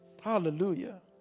hallelujah